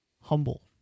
Humble